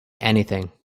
anything